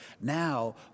Now